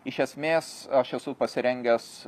iš esmės aš esu pasirengęs